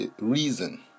reason